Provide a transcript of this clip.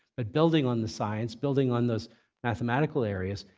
but building on the science, building on those mathematical areas,